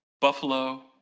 Buffalo